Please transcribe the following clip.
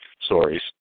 stories